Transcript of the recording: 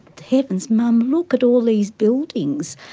heavens mum, look at all these buildings.